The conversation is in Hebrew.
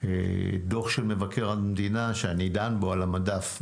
דוח של מבקר המדינה שאני דן בו על המדף,